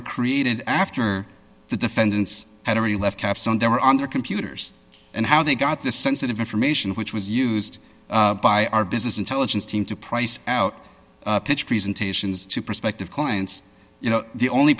were created after the defendants had already left caps on their on their computers and how they got this sensitive information which was used by our business intelligence team to price out pitch presentations to prospective clients you know the only